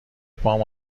پام